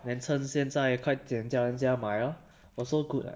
then 趁现在快点叫人家买 lor also good [what]